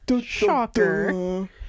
shocker